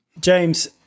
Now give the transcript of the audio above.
James